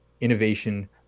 innovation